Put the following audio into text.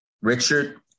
Richard